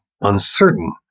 uncertain